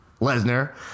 Lesnar